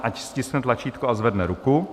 Ať stiskne tlačítko a zvedne ruku.